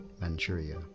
Manchuria